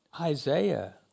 Isaiah